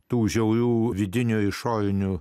tų žiaurių vidinių išorinių